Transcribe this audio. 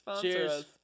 cheers